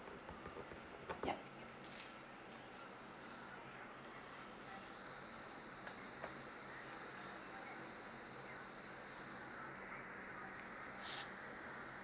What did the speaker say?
yup